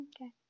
Okay